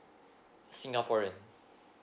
singaporean